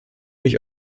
mich